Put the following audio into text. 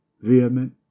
vehement